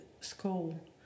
school